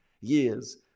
years